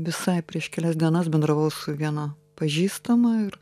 visai prieš kelias dienas bendravau su viena pažįstama ir